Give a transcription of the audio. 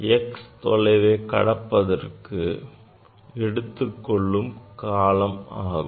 x1 தொலைவை கடப்பதற்கு எடுத்துக்கொள்ளும் காலம் ஆகும்